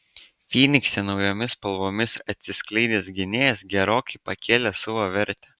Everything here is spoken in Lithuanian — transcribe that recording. fynikse naujomis spalvomis atsiskleidęs gynėjas gerokai pakėlė savo vertę